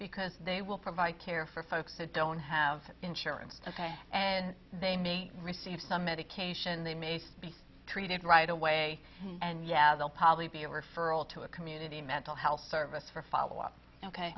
because they will provide care for folks that don't i have insurance ok and they may receive some medication they may be treated right away and yeah they'll probably be a referral to a community mental health service for follow up ok